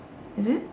is it